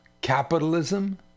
capitalism